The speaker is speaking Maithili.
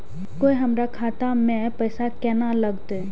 कोय हमरा खाता में पैसा केना लगते?